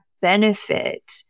benefit